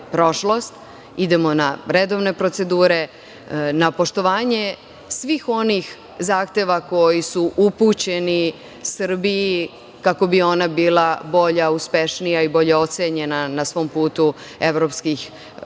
Idemo na redovne procedure, na poštovanje svih onih zahteva koji su upućeni Srbiji kako bi ona bila bolja, uspešnija i bolje ocenjena na svom putu evropskih